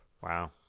Wow